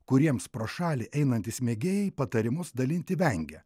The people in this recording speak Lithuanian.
kuriems pro šalį einantys mėgėjai patarimus dalinti vengia